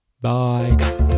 bye